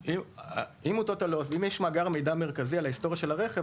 אם יש מאגר מידע מרכזי על ההיסטוריה של הרכב,